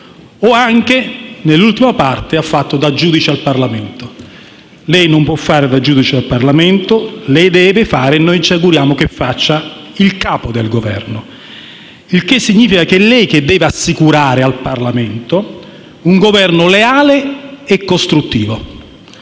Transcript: Parimenti, nell'ultima parte, ha fatto da giudice al Parlamento: lei non può fare da giudice al Parlamento, lei deve fare - e noi ci auguriamo che faccia - il Capo del Governo. Il che significa che è lei che deve assicurare al Parlamento un Governo leale e costruttivo